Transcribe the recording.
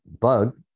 bug